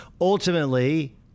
ultimately